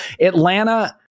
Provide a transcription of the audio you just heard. Atlanta